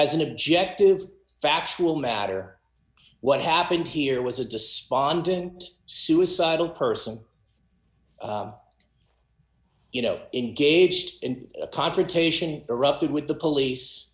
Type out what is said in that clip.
as an objective factual matter what happened here was a despondent suicidal person you know engaged in a confrontation erupted with the police